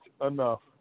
enough